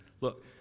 look